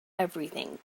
everything